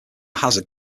hazard